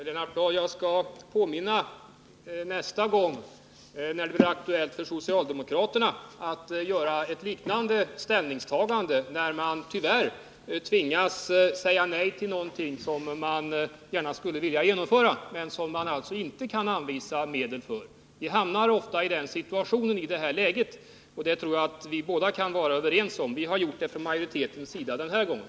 Herr talman! När det för socialdemokraterna blir aktuellt med ett liknande ställningstagande och de tyvärr tvingas säga nej till någonting som de gärna vill genomföra, skall jag påminna om vår debatt i dag. Jag tror att vi båda kan vara överens om att man ofta hamnar i den här situationen. Det rör sig om en sådan situation i det här fallet.